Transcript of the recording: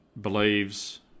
believes